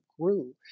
grew